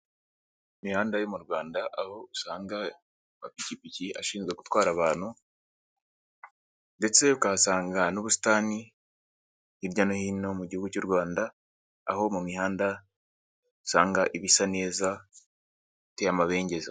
Imihanda yo mu Rwanda aho usanga amapikipikiye ashinzwe gutwara abantu ndetse ukahasanga n'ubusitani, hirya no hino mu gihugu cy'u Rwanda aho mu mihanda usanga iba isa neza iteye amabengeza.